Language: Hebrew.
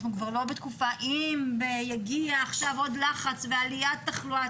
אנחנו כבר לא בתקופה אם יגיע עכשיו עוד לחץ ועליית תחלואה,